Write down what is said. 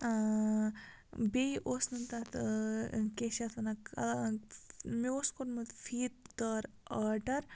بیٚیہِ اوس نہٕ تَتھ کیٛاہ چھِ اَتھ وَنان مےٚ اوس کوٚرمُت فیٖت دار آرڈَر